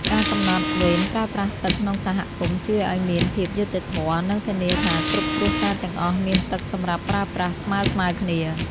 ការកំណត់វេនប្រើប្រាស់ទឹកក្នុងសហគមន៍ជួយឱ្យមានភាពយុត្តិធម៌ និងធានាថាគ្រប់គ្រួសារទាំងអស់មានទឹកសម្រាប់ប្រើប្រាស់ស្មើៗគ្នា។